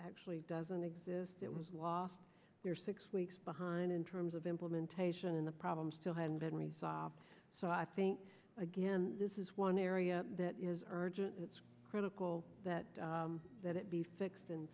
actually doesn't exist it was last year six weeks behind in terms of implementation in the problem still hadn't been resolved so i think again this is one area that is urgent it's critical that that it be fixed